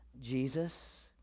jesus